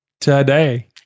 today